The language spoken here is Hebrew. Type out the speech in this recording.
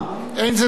השר מרידור,